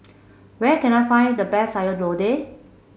where can I find the best Sayur Lodeh